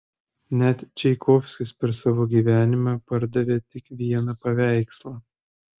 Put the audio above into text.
net čaikovskis per savo gyvenimą pardavė tik vieną paveikslą